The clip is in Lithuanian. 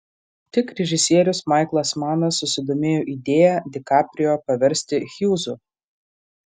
tik režisierius maiklas manas susidomėjo idėja di kaprijo paversti hjūzu